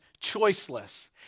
choiceless